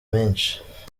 menshi